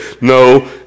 No